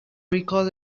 recalled